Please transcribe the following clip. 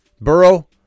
Burrow